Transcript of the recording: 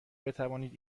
بتوانید